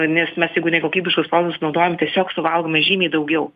nes mes jeigu nekokybiškus produktus naudojam tiesiog suvalgome žymiai daugiau